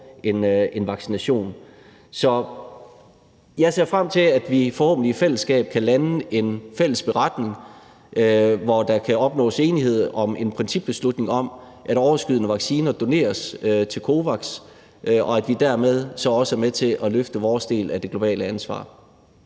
en vaccination. Jeg ser frem til, at vi forhåbentlig i fællesskab kan lande en beretning, hvor der kan opnås enighed om en principbeslutning om, at overskydende vacciner doneres til COVAX, og at vi dermed så også er med til at løfte vores del af det globale ansvar.